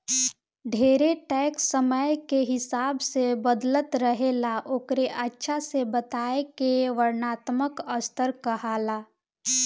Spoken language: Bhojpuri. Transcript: ढेरे टैक्स समय के हिसाब से बदलत रहेला ओकरे अच्छा से बताए के वर्णात्मक स्तर कहाला